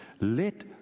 Let